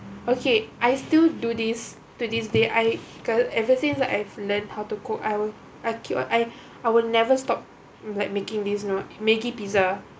okay I still do this to this day I cause ever since I've learned how to cook I will I keep on l will never stop like making this not making pizza